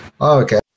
okay